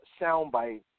soundbite